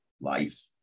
life